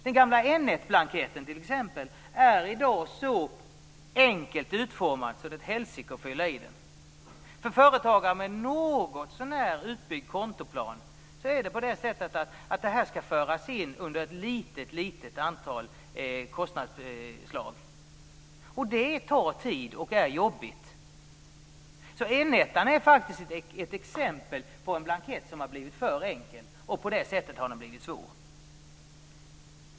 Den gamla N1-blanketten, t.ex., är i dag så enkelt utformad att det är ett helsike att fylla i den. För företagare med någotsånär utbyggd kontoplan skall posterna föras in under ett litet antal kostnadsslag. Det tar tid och är jobbigt.